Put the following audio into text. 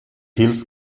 hills